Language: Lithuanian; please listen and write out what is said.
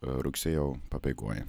rugsėjo pabaigoje